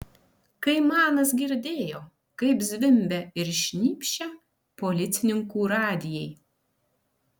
kaimanas girdėjo kaip zvimbia ir šnypščia policininkų radijai